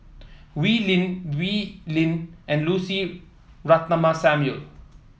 Wee Lin Wee Lin and Lucy Ratnammah Samuel